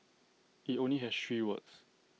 IT only has three words